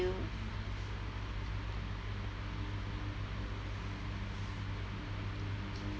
you